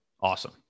Awesome